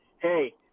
hey